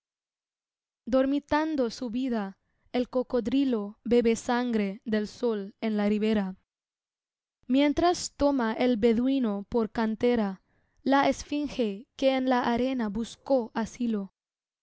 dormitando su vida el cocodrilo bebe sangre del sol en la ribera mientras toma el beduino por cantera la esfinge que en la arena buscó asilo